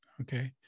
Okay